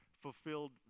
fulfilled